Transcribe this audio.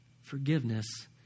Forgiveness